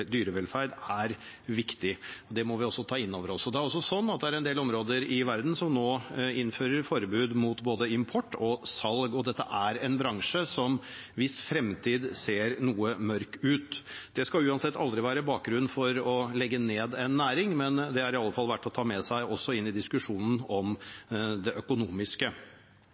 dyrevelferd er viktig. Det må vi også ta inn over oss. Det er også en del områder i verden som nå innfører forbud mot både import og salg. Dette er en bransje hvis fremtid ser noe mørk ut. Det skal uansett aldri være bakgrunnen for å legge ned en næring, men det er i alle fall verdt å ta med seg inn i diskusjonen om det økonomiske.